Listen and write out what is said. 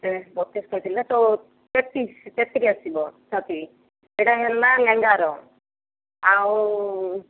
ବତିଶି କହିଥିଲି ନା ଚଉ ତେତିଶି ତେତିଶ ଆସିବ ଛାତି ଏଇଟା ହେଲା ଲେହେଙ୍ଗାର ଆଉ